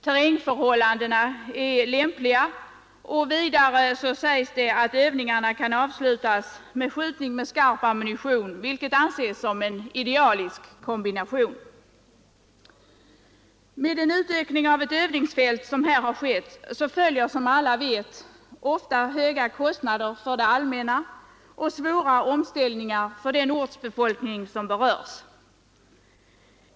Terrängförhållandena är lämpliga, och vidare sägs det att övningarna kan avslutas med skjutning med skarp ammunition, vilket anses som en idealisk kombination. Med en sådan utökning av ett övningsfält som här skett följer, som alla vet, ofta höga kostnader för det allmänna och svåra omställningar för den ortsbefolkning som berörs.